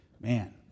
Man